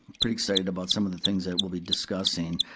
pretty excited about some of the things that we'll be discussing.